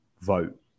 vote